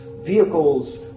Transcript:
vehicles